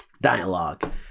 dialogue